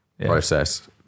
process